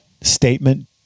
statement